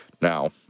now